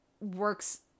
works